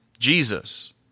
Jesus